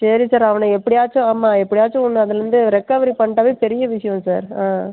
சரி சார் அவனை எப்படியாச்சும் ஆமாம் எப்படியாச்சும் ஒன்று அதுலேருந்து ரெக்கவரி பண்ணிட்டாவே பெரிய விஷயம் சார் ஆ